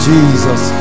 Jesus